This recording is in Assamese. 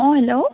অঁ হেল্ল'